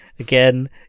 Again